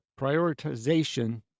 Prioritization